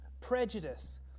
prejudice